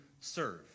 serve